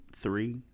Three